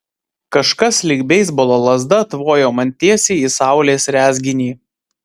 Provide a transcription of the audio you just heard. kažkas lyg beisbolo lazda tvojo man tiesiai į saulės rezginį